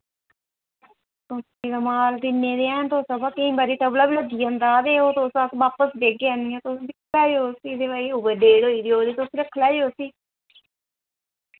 company दा माल दिन्ने ते हैन तुस वा केईं बारी टवला बी लग्गी जांदा ते ओ तुस अस बापस देगे आह्नियै तुस दिक्खी लैएओ उसी ते भाई ओवर डेट होई दी होग ते तुस रक्खी लैएओ उसी